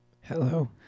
Hello